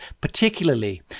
particularly